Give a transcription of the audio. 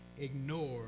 Ignore